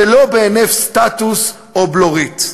ולא בהינף סטטוס או בלורית.